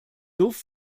duft